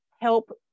help